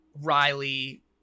Riley